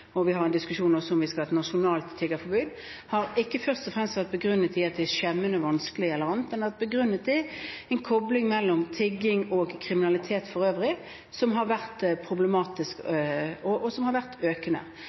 vi har også en diskusjon om vi skal ha et nasjonalt tiggerforbud – har ikke først og fremst vært begrunnet i at det er skjemmende, vanskelig eller annet, men i at det er en kobling mellom tigging og kriminalitet for øvrig, noe som har vært problematisk og økende. Det har også vært